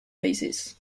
basis